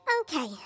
Okay